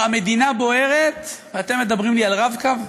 המדינה בוערת ואתם מדברים לי על "רב-קו"?